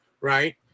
Right